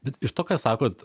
bet iš to ką sakot